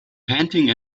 panting